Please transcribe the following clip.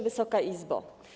Wysoka Izbo!